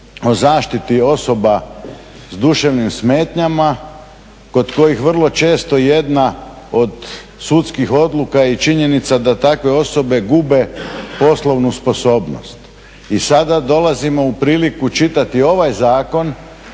o zaštiti osoba s duševnim smetnjama kod kojih vrlo često jedna od sudskih odluka i činjenica da takve osobe gube poslovnu sposobnost. I sada dolazimo u priliku čitati ovaj zakon,